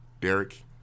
Derek